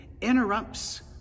interrupts